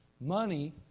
Money